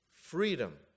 freedom